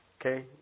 Okay